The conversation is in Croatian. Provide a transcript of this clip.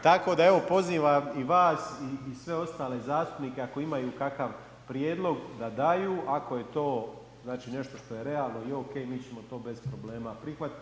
Tako da evo, pozivam i vas i sve ostale zastupnike ako imaju kakav prijedlog da daju ako je to, znači, nešto što je realno i okej, mi ćemo to bez problema prihvatiti.